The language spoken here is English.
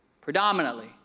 Predominantly